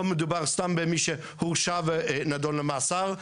לא מדובר סתם במי שהורשע ונידון למאסר,